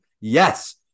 Yes